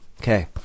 Okay